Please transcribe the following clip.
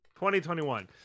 2021